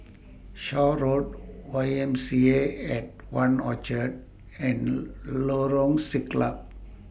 Shaw Road Y M C A At one Orchard and Lorong Siglap